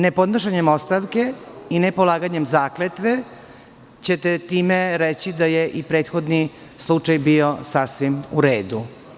Ne podnošenjem ostavke i ne polaganjem zakletve ćete time reći da je i prethodni slučaj bio sasvim u redu.